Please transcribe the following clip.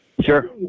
Sure